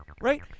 right